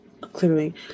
clearly